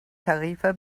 tarifa